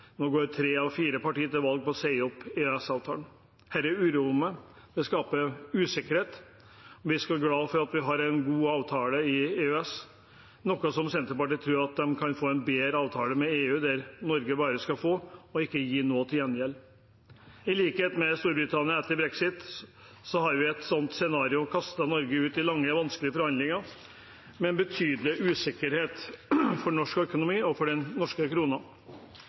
går tre av fire parti til valg på å si opp EØS-avtalen. Dette uroer meg, det skaper usikkerhet. Vi skal være glad for at vi har en god avtale i EØS. Senterpartiet tror de kan få en bedre avtale med EU, der Norge bare skal få og ikke gi noe til gjengjeld. I likhet med Storbritannia etter brexit hadde vi i et sånt scenario kastet Norge ut i lange, vanskelige forhandlinger med betydelig usikkerhet for norsk økonomi og for den norske